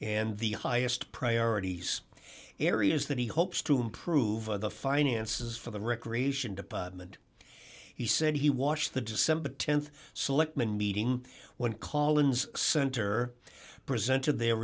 and the highest priorities areas that he hopes to improve the finances for the recreation department he said he watched the december th selectman meeting when call ins center presented their